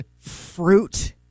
fruit